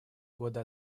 года